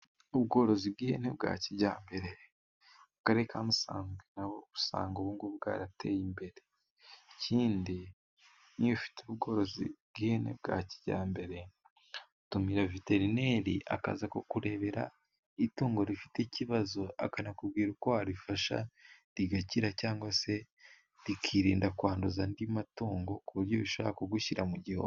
Ubworozi bw'ihene bwa kijyambere. Mu Karere ka Musanze na ho usanga ubu ngubu bwarateye imbere. Ikindi n'iyo ufite ubworozi bw'ihene bwa kijyambere, utumira veterineri akaza kukurebera itungo rifite ikibazo akanakubwira uko warifasha rigakira, cyangwa se rikirinda kwanduza andi matungo, ku buryo bishobora kugushyira mu gihombo.